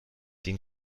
den